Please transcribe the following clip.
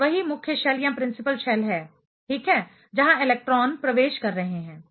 यह वही मुख्य शेल है ठीक है जहां इलेक्ट्रॉन प्रवेश कर रहे हैं